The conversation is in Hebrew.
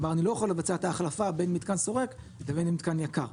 כלומר אני לא יכול לבצע את ההחלפה בין מתקן שורק לבין מתקן יקר,